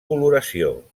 coloració